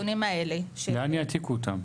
לאן יעתיקו אותם?